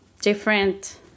different